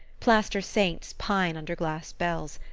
plaster saints pine under glass bells,